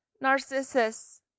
Narcissus